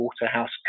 waterhouse